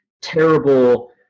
Terrible